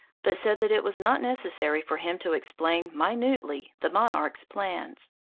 but said that it was not necessary for him to explain minutely the monarch's plans,